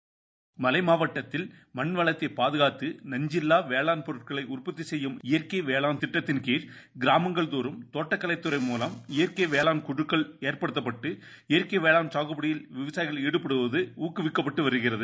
seconds மலை மாவட்டத்தின் மண் வளத்தைப் பாதுகாத்து நஞ்சில்லா வேளாண் பொருட்களை உற்பத்தி செய்யும் இயற்கை வேளாண் திட்டத்தின் கீழ் கிராமங்கள் தோறும் தோட்டக்கலைத்துறை மூலம் இயற்கை வேளாண் குழுக்கள் ஏற்படுத்தப்படம்டு இயற்கை வேளாண் சாகுபடியில் விவசாயிகள் ஈடுபடுவது ஊக்குவிக்கப்பட்டு வருகிறது